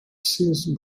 since